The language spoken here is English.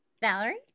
Valerie